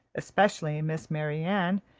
especially miss marianne,